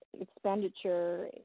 Expenditure